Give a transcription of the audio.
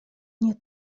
nie